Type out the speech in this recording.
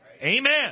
Amen